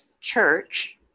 church